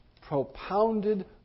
propounded